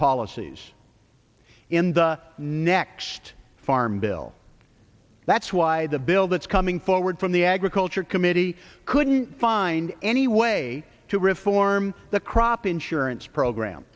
policies in the next farm bill that's why the bill that's coming forward from the agriculture committee couldn't find any way to reform the crop insurance program